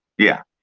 yeah,